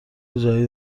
جدید